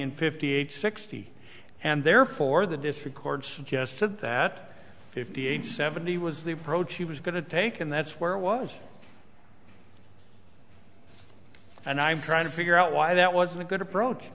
in fifty eight sixty and therefore the different chords suggested that fifty eight seventy was the approach she was going to take and that's where it was and i'm trying to figure out why that wasn't a good approach